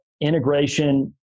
integration